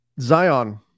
Zion